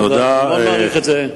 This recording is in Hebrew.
תודה, אני מאוד מעריך את זה.